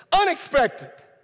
Unexpected